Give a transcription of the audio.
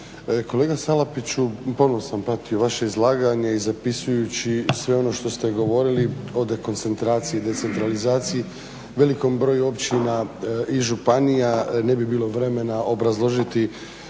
Kolega Salapiću, dobro sam pratio vaše izlaganje i zapisujući sve ono što ste govorili, o dekoncentraciji, decentralizaciji, velikom broju općina i županija, ne bi bilo vremena obrazložiti